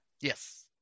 Yes